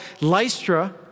Lystra